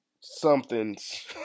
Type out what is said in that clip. somethings